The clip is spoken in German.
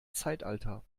zeitalter